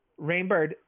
Rainbird